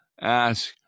ask